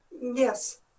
Yes